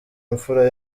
imfura